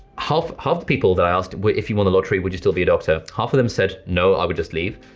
half half the people that i asked, if you won the lottery would you still be a doctor, half of them said no, i would just leave,